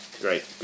Great